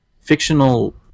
fictional